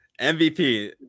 MVP